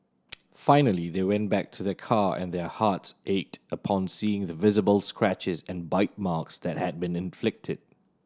finally they went back to the car and their hearts ached upon seeing the visible scratches and bite marks that had been inflicted